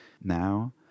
now